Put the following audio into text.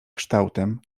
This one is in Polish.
kształtem